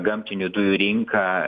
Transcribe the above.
gamtinių dujų rinka